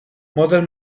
model